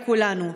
לכולנו,